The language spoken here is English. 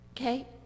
okay